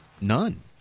none